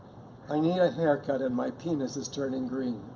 i need a haircut and my penis is turning green.